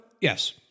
yes